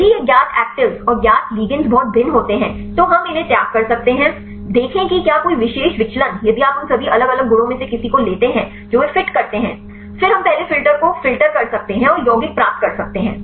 यदि यह ज्ञात एक्टीवेस और ज्ञात लिगैंड बहुत भिन्न होते हैं तो हम iइन्हे त्याग कर सकते हैं देखें कि क्या कोई विशेष विचलन यदि आप उन सभी अलग अलग गुणों में से किसी को लेते हैं जो वे फिट करते हैं फिर हम पहले फिल्टर को फ़िल्टर कर सकते हैं और यौगिक प्राप्त कर सकते हैं